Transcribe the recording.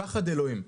זה פחד אלוהים.